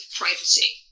privacy